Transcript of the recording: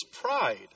pride